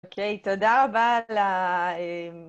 אוקיי, תודה רבה ל...